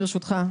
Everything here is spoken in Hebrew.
ברשותך.